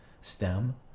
STEM